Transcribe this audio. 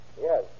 Yes